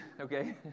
okay